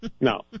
No